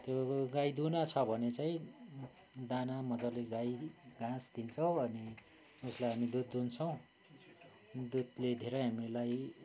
त्यो गाई दुहुना छ भने चाहिँ दाना मजाले लगाइवरी घाँस दिन्छौँ अनि उसलाई हामी दुध दुहुन्छौँ दुधले धेरै हामीलाई